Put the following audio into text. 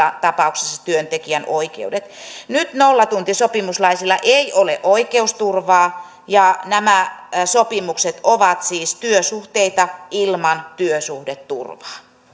tapauksessa työntekijän oikeudet nyt nollatuntisopimuslaisilla ei ole oikeusturvaa ja nämä sopimukset ovat siis työsuhteita ilman työsuhdeturvaa